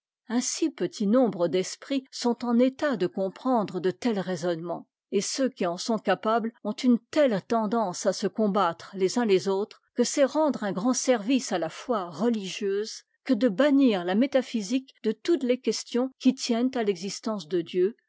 si petit nombre d'esprits sont en état de comprendre de tels raisonnements et ceux qui en sont capables ont une telle tendanceàsecombattreles unslesautres que c'est rendre un grand service à la foi religieuse que de bannir la métaphysique de toutes les questions qui tiennent à l'existence de dieu